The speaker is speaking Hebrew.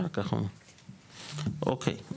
אוקי,